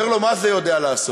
אומר לו: מה זה יודע לעשות?